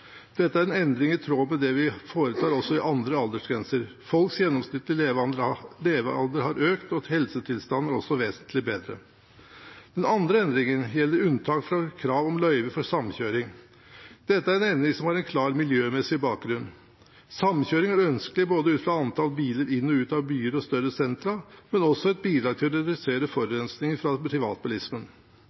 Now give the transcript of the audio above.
Dette er en endring i tråd med det vi også foretar i andre aldersgrenser. Folks gjennomsnittlige levealder har økt, og helsetilstanden er også vesentlig bedre. Den andre endringen gjelder unntak fra krav om løyve for samkjøring. Dette er en endring som har en klar miljømessig bakgrunn. Samkjøring er ønskelig ut fra antall biler inn og ut av byer og større sentra og er også et bidrag til å redusere forurensningen fra privatbilismen.